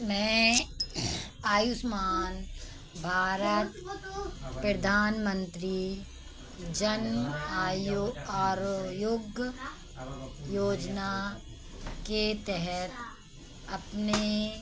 मैं आयुष्मान भारत प्रधान मंत्री जन आयो आरोग्य योजना के तहत अपने